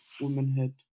womanhood